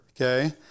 okay